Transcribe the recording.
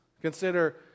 Consider